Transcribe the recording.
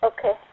Okay